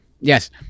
Yes